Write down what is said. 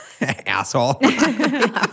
Asshole